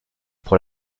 pour